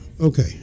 Okay